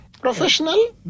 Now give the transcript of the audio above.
professional